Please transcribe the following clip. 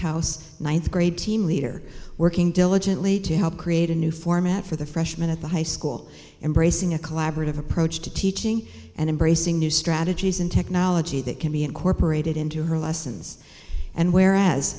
house ninth grade team leader working diligently to help create a new format for the freshman at the high school embracing a collaborative approach to teaching and embracing new strategies and technology that can be incorporated into her lessons and whereas